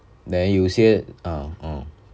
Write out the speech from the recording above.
then 有些 ah ah